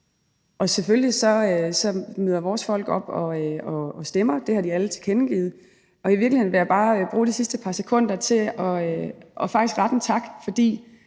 og selvfølgelig møder vores folk op og stemmer. Det har de alle tilkendegivet. Og i virkeligheden vil jeg bare bruge de sidste par sekunder til faktisk at rette en tak, for